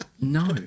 no